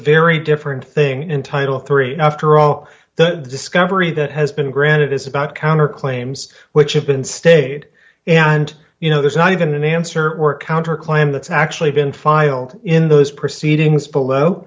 very different thing in title three after oh the discovery that has been granted is about counter claims which have been stated and you know there's not even an answer or counter claim that's actually been filed in those proceedings below